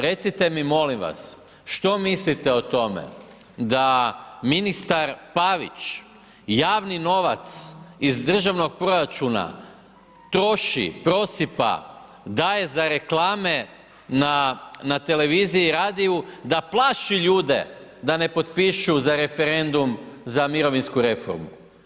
Recite mi molim vas, što mislite o tome da ministar Pavić javni novac iz državnog proračuna troši, propisa, daje za reklame na televiziji i radiju da plaši ljude da ne potpišu za referendum za mirovinsku reformu?